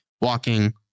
walking